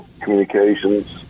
communications